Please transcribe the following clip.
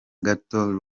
gato